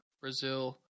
Brazil